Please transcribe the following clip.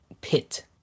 pit